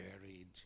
married